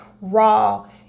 raw